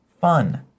fun